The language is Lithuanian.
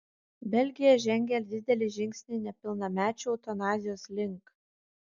belgija žengė didelį žingsnį nepilnamečių eutanazijos link